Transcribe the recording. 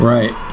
Right